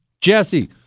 Jesse